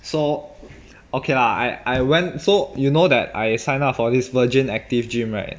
so okay lah I I went so you know that I sign up for this virgin active gym right